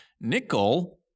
Nickel